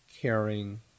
caring